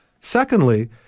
Secondly